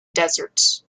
deserts